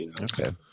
Okay